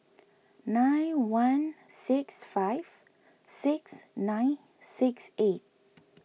nine one six five six nine six eight